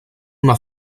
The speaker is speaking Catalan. una